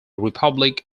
republic